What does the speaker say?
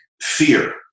fear